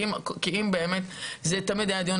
כי זה תמיד היה דיון,